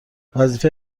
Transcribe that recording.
وظیفه